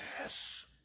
Yes